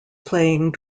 playing